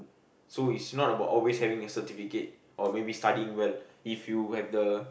so it's not about always having a certificate or maybe studying well if you have the